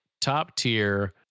top-tier